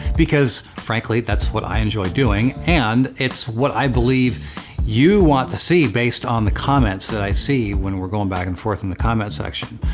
because frankly, that's what i enjoy doing, and it's what i believe you want to see, based on the comments that i see when we're going back and forth in the comments section.